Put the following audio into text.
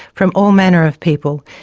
from all manner of people,